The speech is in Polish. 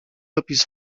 opis